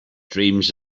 dreams